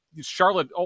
Charlotte